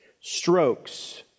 Strokes